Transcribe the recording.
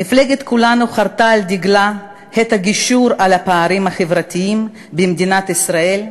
מפלגת כולנו חרתה על דגלה את הגישור על הפערים החברתיים במדינת ישראל,